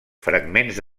fragments